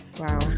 Wow